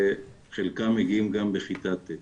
חלקם מגיעים גם בכיתה ט'.